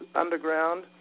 underground